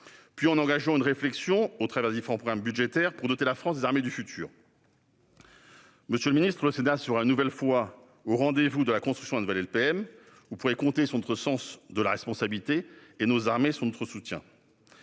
puis, en engageant une réflexion, au travers des différents programmes budgétaires, pour doter la France des armées du futur. Monsieur le ministre, le Sénat sera, une nouvelle fois, au rendez-vous de la construction de la nouvelle LPM. Vous pourrez compter sur notre sens de la responsabilité, et nos armées pourront compter